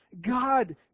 God